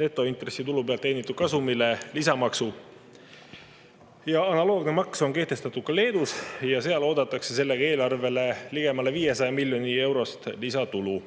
netointressitulu pealt teenitud kasumile lisamaksu. Analoogne maks on kehtestatud ka Leedus ja seal oodatakse sellega eelarvesse ligemale 500 miljonit eurot lisatulu.